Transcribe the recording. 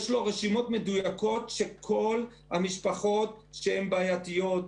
יש לו רשימות מדויקות שכל המשפחות שהן בעייתיות,